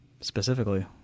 specifically